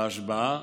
בהשבעה,